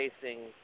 facing